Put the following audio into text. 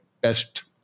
best